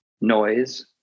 noise